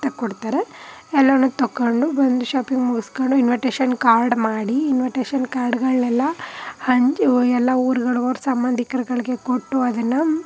ತಗೊಡ್ತಾರೆ ಎಲ್ಲನೂ ತಗೊಂಡು ಬಂದು ಶಾಪಿಂಗ್ ಮುಗಿಸ್ಕೊಂಡು ಇನ್ವಟೇಶನ್ ಕಾರ್ಡ್ ಮಾಡಿ ಇನ್ವಟೇಶನ್ ಕಾರ್ಡ್ಗಳನ್ನೆಲ್ಲ ಹಂಚೂ ಎಲ್ಲ ಊರ್ಗಳಿಗೆ ಅವ್ರು ಸಂಬಂಧಿಕ್ರಗಳಿಗೆ ಕೊಟ್ಟು ಅದನ್ನು